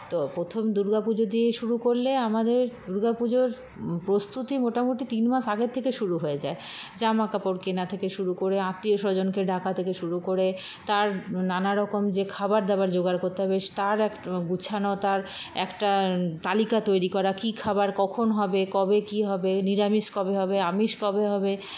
তো প্রথম দুর্গা পুজো দিয়ে শুরু করলে আমাদের দুর্গা পুজোর প্রস্তুতি মোটামুটি তিন মাস আগের থেকে শুরু হয়ে যায় জামাকাপড় কেনা থেকে শুরু করে আত্মীয় স্বজনকে ডাকা থেকে শুরু করে তার নানারকম যে খাবার দাবার যোগাড় করতে হবে তার এক গুছানো তার একটা তালিকা তৈরি করা কি খাবার কখন হবে কবে কি হবে নিরামিষ কবে হবে আমিষ কবে হবে